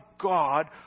God